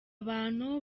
bantu